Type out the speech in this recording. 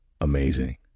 amazing